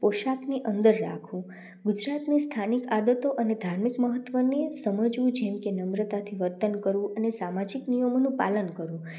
પોશાકની અંદર રાખવું ગુજરાતની સ્થાનિક આદતો અને ધાર્મિક મહત્વને સમજવું જેમકે નમ્રતાથી વર્તન કરવું અને સામાજિક નિયમોનું પાલન કરવું